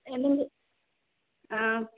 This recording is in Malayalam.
എന്തെങ്ക് ആ